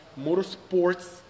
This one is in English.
motorsports